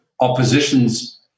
opposition's